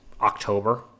October